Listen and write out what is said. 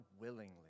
willingly